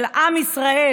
של עם ישראל,